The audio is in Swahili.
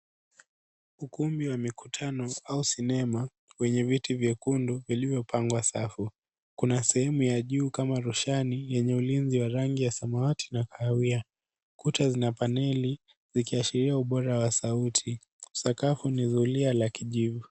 Ukumbi wa mikutano au sinema wenye viti vyekundu vilivyopangwa safu, kuna sehemu ya juu kama roshani yenye ulinzi wa rangi ya samawati na kahawia, kuta zina paneli zikiashiria ubora wa sauti sakafu ni zulia la kijivu.